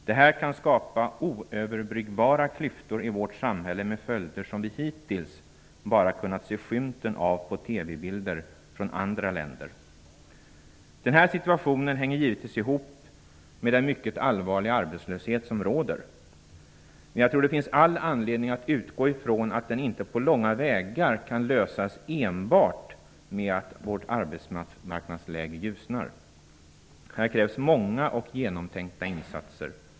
Det här kan skapa oöverbryggbara klyftor i vårt samhälle, med följder som vi hittills bara kunnat se skymten av på TV bilder från andra länder. Den här situationen sammanhänger givetvis med den mycket allvarliga arbetslöshet som råder. Men jag tror att det finns all anledning att utgå från att det problemet inte på långa vägar löses enbart genom att det ljusnar på arbetsmarknaden. Här krävs det många och genomtänkta insatser.